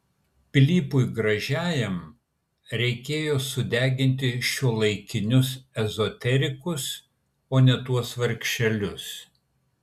pilypui gražiajam reikėjo sudeginti šiuolaikinius ezoterikus o ne tuos vargšelius